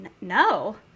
no